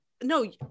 no